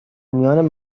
میان